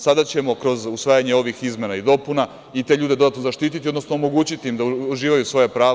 Sada ćemo kroz usvajanje ovih izmena i dopuna i te ljude dodatno zaštititi, odnosno omogućiti im da uživaju svoja prava.